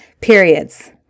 periods